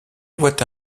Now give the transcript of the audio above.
voit